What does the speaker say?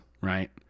right